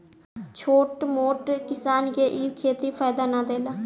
छोट मोट किसान के इ खेती फायदा ना देला